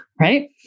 right